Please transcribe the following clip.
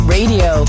Radio